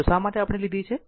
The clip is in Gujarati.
તો શા માટે આપણે લીધી છે